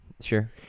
sure